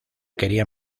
quería